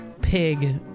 pig